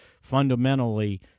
fundamentally